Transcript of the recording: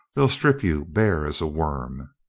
they'll strip you bare as a worm.